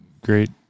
Great